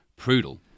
Prudel